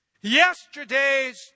Yesterday's